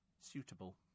suitable